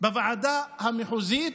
בוועדה המחוזית,